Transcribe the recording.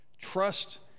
trust